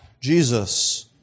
Jesus